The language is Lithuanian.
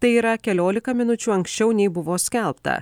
tai yra keliolika minučių anksčiau nei buvo skelbta